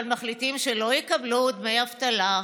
אבל מחליטים שלא יקבלו דמי אבטלה,